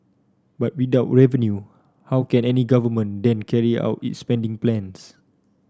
but without revenue how can any government then carry out its spending plans